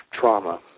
trauma